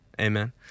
Amen